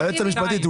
היועצת המשפטית,